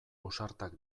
ausartak